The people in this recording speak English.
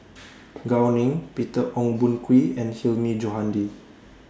Gao Ning Peter Ong Boon Kwee and Hilmi Johandi